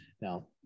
Now